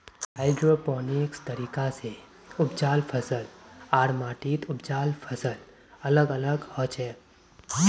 hydroponics तरीका स उपजाल फसल आर माटीत उपजाल फसल अलग अलग हछेक